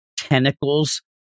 tentacles